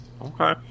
Okay